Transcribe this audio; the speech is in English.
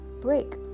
break